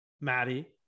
maddie